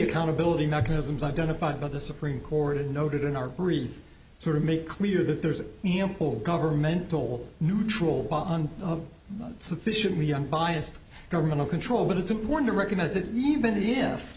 accountability mechanisms identified by the supreme court noted in our brief sort of make clear that there's ample governmental neutral sufficiently young biased governmental control but it's important to recognize that even if